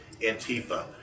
Antifa